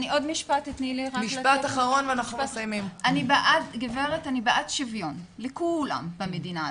גברת, אני בעד שוויון לכולם במדינה הזאת,